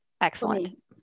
Excellent